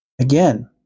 Again